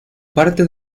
parte